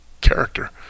character